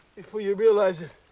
before you realize it,